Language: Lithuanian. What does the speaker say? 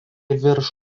virš